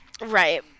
Right